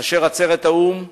כאשר עצרת האו"ם הצביעה,